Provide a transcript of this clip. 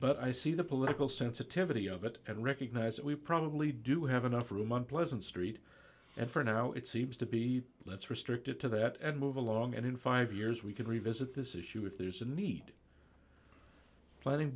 but i see the political sensitivity of it and recognize that we probably do have enough room on pleasant street and for now it seems to be let's restrict it to that and move along and in five years we could revisit this issue if there's a need planning